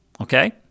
Okay